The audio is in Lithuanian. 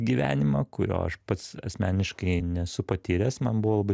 gyvenimą kurio aš pats asmeniškai nesu patyręs man buvo labai